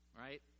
Right